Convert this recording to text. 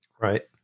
Right